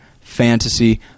fantasy